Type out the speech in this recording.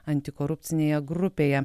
antikorupcinėje grupėje